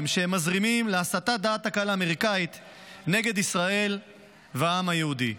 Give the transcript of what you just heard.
שהם מזרימים להסתת דעת הקהל האמריקאית נגד ישראל והעם היהודי.